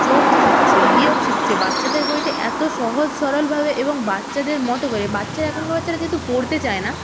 যোগ শিখছে বিয়োগ শিখছে বাচ্চাদের বইতে এত সহজ সরলভাবে এবং বাচ্চাদের মতো করে বাচ্চারা এখনকার বাচ্চারা যেহেতু পড়তে চায় না